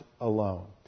alone